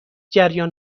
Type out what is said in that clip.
جریان